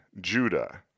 Judah